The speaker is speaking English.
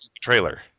trailer